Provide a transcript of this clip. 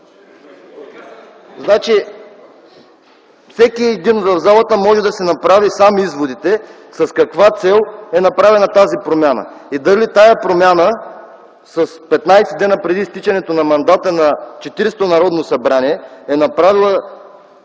ДПС. Всеки един в залата може да си направи сам изводите с каква цел е направена тази промяна и дали тази промяна 15 дни преди изтичането на мандата на 40-то Народно събрание е направена